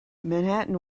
manhattan